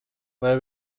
vai